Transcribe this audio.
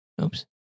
oops